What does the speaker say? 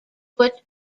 foot